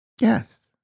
yes